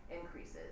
increases